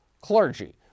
clergy